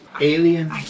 Alien